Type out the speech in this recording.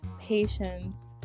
Patience